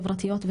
חברתיות,